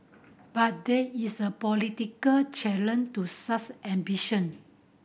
but there is a political challenge to such ambition